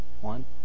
one